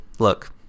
look